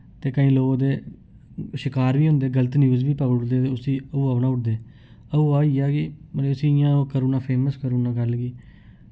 ते केईं लोक ते शिकार बी होंदे गलत न्यूज बी पाई ओड़दे ते उस्सी हौआ बनाई ओड़दे हौआ होई गेआ कि मतलब कि उस्सी इ'यां ओ करी ओड़ना फेमस करी ओड़ना गल्ल गी